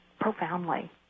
profoundly